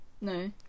No